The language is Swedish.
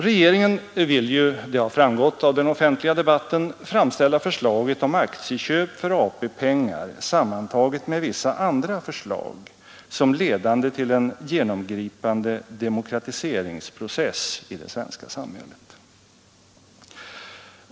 Regeringen vill ju — det har framgått av den offentliga debatten — framställa förslaget om aktieköp för AP-pengar sammantaget med vissa andra förslag som ledande till en genomgripande demokratiseringsprocess i det svenska samhället.